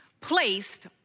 placed